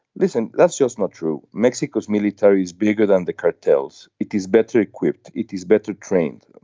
listen. that's just not true. mexico's military is bigger than the cartels. it is better equipped. it is better trained.